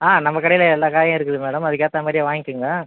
ஆ நம்ம கடையில் எல்லா காயும் இருக்குது மேடம் அதுக்கேற்ற மாதிரியே வாங்கிக்கோங்க